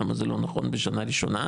למה זה לא נכון בשנה ראשונה,